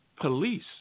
police